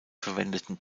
verwendeten